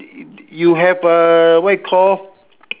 you have uh what you call